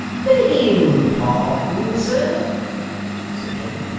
begging pardon, sir said john,